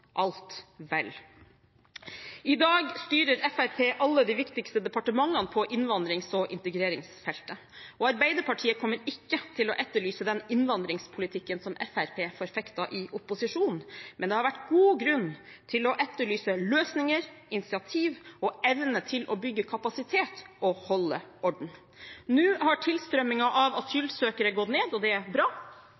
alt vel. I dag styrer Fremskrittspartiet alle de viktigste departementene på innvandrings- og integreringsfeltet. Arbeiderpartiet kommer ikke til å etterlyse den innvandringspolitikken som Fremskrittspartiet forfektet i opposisjon, men det har vært god grunn til å etterlyse løsninger, initiativ og evne til å bygge kapasitet og holde orden. Nå har tilstrømmingen av asylsøkere gått ned, og det er bra.